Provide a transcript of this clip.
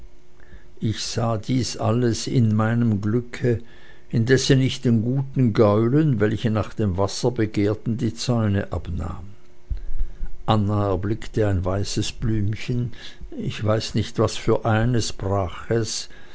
ich sah dies alles in meinem glücke indessen ich den guten gäulen welche nach dem wasser begehrten die zäume abnahm anna erblickte ein weißes blümchen ich weiß nicht was für eines brach